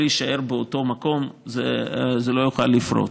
הכול יישאר באותו מקום, זה לא יוכל לפרוץ.